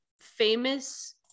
famous